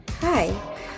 Hi